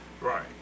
Right